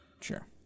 sure